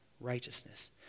righteousness